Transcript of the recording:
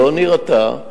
לא נירתע.